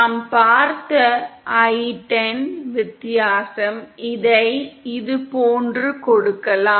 நாம் பார்த்த i10 வித்தியாசம் இதை இதுபோன்று கொடுக்கலாம்